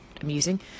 amusing